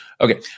Okay